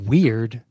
Weird